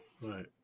Right